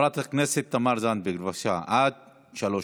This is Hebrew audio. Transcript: חברת הכנסת תמר זנדברג, בבקשה, עד שלוש